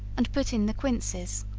and put in the quinces,